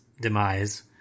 demise